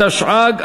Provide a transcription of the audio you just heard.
התשע"ג 2013,